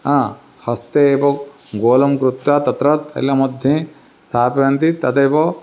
हा हस्ते एवं गोलं कृत्वा तत्र तैलमध्ये स्थापयन्ति तदेव